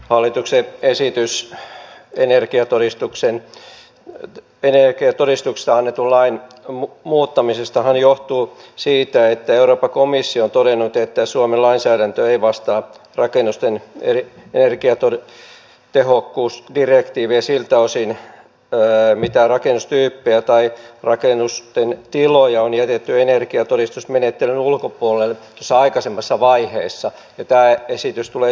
hallituksen esitys energiatodistuksesta annetun lain muuttamisestahan johtuu siitä että euroopan komissio on todennut että suomen lainsäädäntö ei vastaa rakennusten energiatehokkuusdirektiiviä siltä osin mitä rakennustyyppejä tai rakennusten tiloja on jätetty energiatodistusmenettelyn ulkopuolelle tuossa aikaisemmassa vaiheessa ja tämä esitys tulee siitä